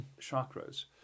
chakras